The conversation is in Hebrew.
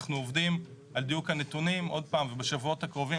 אנחנו עובדים על דיוק הנתונים ובשבועות הקרובים